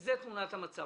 זה תמונת המצב.